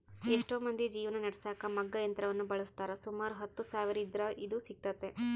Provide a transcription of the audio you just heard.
ಎಷ್ಟೊ ಮಂದಿ ಜೀವನ ನಡೆಸಕ ಮಗ್ಗ ಯಂತ್ರವನ್ನ ಬಳಸ್ತಾರ, ಸುಮಾರು ಹತ್ತು ಸಾವಿರವಿದ್ರ ಇದು ಸಿಗ್ತತೆ